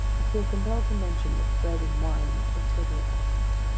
i feel compelled to mention that bread and wine were totally absent.